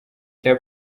cya